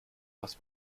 was